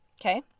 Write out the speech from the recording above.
okay